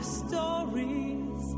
stories